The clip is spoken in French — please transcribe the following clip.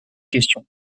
question